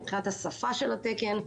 מבחינת השפה של התקן,